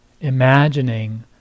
imagining